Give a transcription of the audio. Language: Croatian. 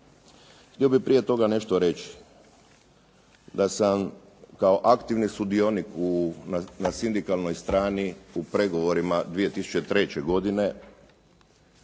Htio bih prije toga nešto reći. Da sam kao aktivni sudionik na sindikalnoj strani u pregovorima 2003. godine